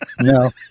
No